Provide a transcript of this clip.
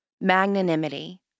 magnanimity